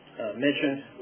mentioned